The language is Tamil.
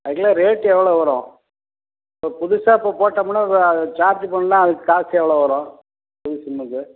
அதுக்கெல்லாம் ரேட்டு எவ்வளோ வரும் இப்போ புதுசா இப்போ போட்டோம்னால் இப்போ அது சார்ஜ் பண்ணிணா அதுக்கு காசு எவ்வளோ வரும் புது சிம்முக்கு